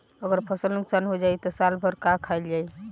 अगर फसल नुकसान हो जाई त साल भर का खाईल जाई